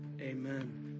Amen